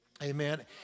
Amen